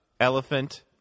Elephant